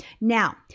Now